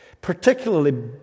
particularly